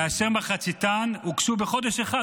כאשר מחציתן הוגשו בחודש אחד,